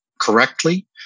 correctly